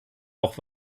auch